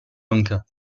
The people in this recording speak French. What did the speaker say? lanka